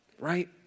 Right